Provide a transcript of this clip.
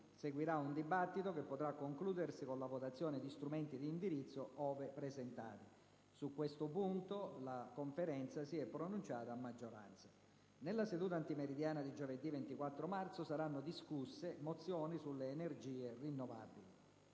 Seguirà un dibattito che potrà concludersi con la votazione di strumenti di indirizzo, ove presentati. Su questo punto la Conferenza si è pronunciata a maggioranza. Nella seduta antimeridiana di giovedì 24 marzo saranno discusse mozioni sulle energie rinnovabili.